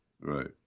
Right